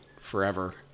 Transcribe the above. forever